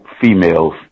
females